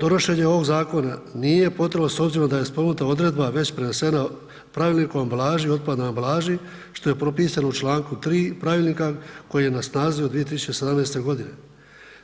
Donošenje ovog zakona nije potrebno, s obzirom da je spomenuta odredba već prenesena Pravilnikom o ambalaži i otpadnoj ambalaži, što je propisano u čl. 3. Pravilnika koji je na snazi od 2017. g.